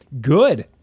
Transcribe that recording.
Good